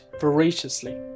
voraciously